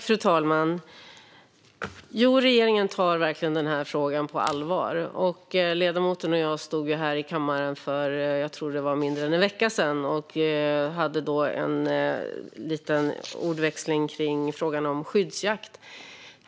Fru talman! Jo, regeringen tar verkligen den här frågan på allvar. Ledamoten och jag stod i kammaren för mindre än en vecka sedan och hade en liten ordväxling i frågan om skyddsjakt.